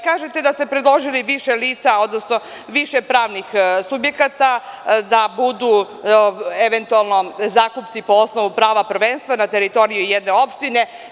Kažete da ste predložili više lica, odnosno više pravnih subjekata da budu eventualno zakupci po osnovu prava prvenstva na teritoriji jedne opštine.